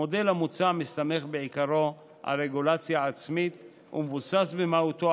המודל המוצע מסתמך בעיקרו על רגולציה עצמית ומבוסס במהותו